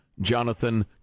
Jonathan